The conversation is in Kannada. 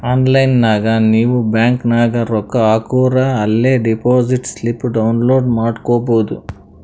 ಆನ್ಲೈನ್ ನಾಗ್ ನೀವ್ ಬ್ಯಾಂಕ್ ನಾಗ್ ರೊಕ್ಕಾ ಹಾಕೂರ ಅಲೇ ಡೆಪೋಸಿಟ್ ಸ್ಲಿಪ್ ಡೌನ್ಲೋಡ್ ಮಾಡ್ಕೊಬೋದು